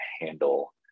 handle